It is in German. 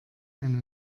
eine